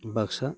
Baksa